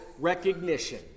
recognition